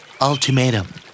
ultimatum